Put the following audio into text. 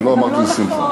אני לא אמרתי שמחה.